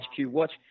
watch